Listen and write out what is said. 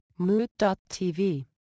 Mood.tv